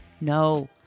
no